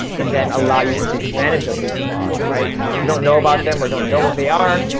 and then allow you to take advantage of these laws, right? if you don't know about them or don't know what they are,